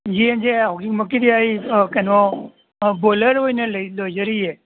ꯌꯦꯟꯁꯦ ꯍꯧꯖꯤꯛꯃꯛꯀꯤꯗꯤ ꯑꯩ ꯀꯩꯅꯣ ꯕꯣꯏꯂꯔ ꯑꯣꯏꯅ ꯂꯣꯏꯖꯔꯤꯌꯦ